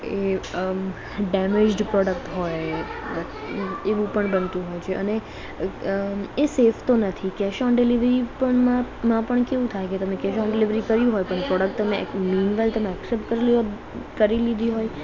એ અં damaged product હોય અં એવું પણ બનતું હોય છે અને અ એ સેફ તો નથી કૅશ ઓન ડિલિવરી પણમાં માં પણ કેવું થાય કે તમે કેશ ઓન ડિલિવરી કરી હોય પણ પ્રોડક્ટ તમે મિનવાઇલ તમે એક્સેપ્ટ કર લ્યો કરી લીધી હોય